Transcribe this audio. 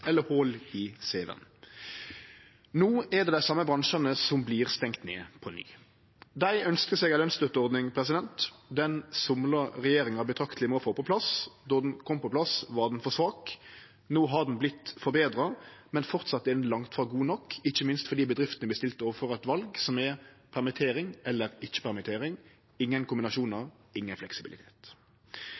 eller hòl i cv-en. No er det dei same bransjane som vert stengde ned på ny. Dei ønskte seg ei lønsstøtteordning. Den somla regjeringa betrakteleg med å få på plass. Då ho kom på plass, var ho for svak. No har ho vorte forbetra, men framleis er ho langt frå god nok, ikkje minst fordi bedriftene vert stilte overfor eit val som er permittering eller ikkje permittering – ingen kombinasjonar, ingen fleksibilitet.